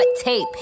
tape